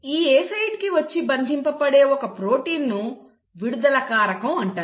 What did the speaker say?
ఈ A సైట్కి వచ్చి బంధింపబడే ఒక ప్రోటీన్ను విడుదల కారకం అంటారు